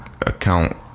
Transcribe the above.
account